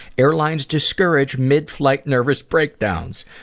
airlines discourage mid-flight nervous breakdowns.